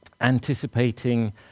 anticipating